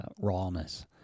rawness